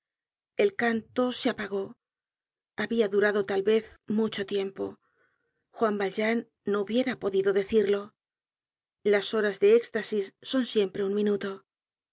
el canto se apagó habia durado tal vez mucho tiempo juan valjean no hubiera podido decirlo las horas de éxtasis son siempre un minuto